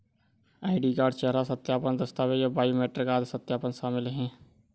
ID card, चेहरा सत्यापन, दस्तावेज़ और बायोमेट्रिक आदि सत्यापन शामिल हैं